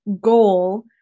goal